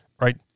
right